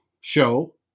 show